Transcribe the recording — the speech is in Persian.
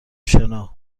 شنا